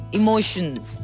emotions